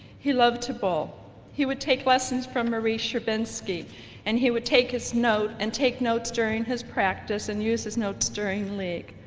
he loved to bowl he would take lessons from marie sherbinsky and he would take his note and take notes during his practice and use his notes during league.